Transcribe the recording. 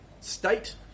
state